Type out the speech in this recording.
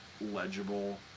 legible